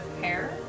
hair